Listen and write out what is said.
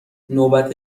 نوبت